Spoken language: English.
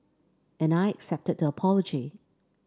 and I accepted the apology